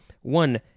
One